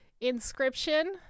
Inscription